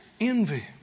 Envy